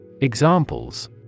Examples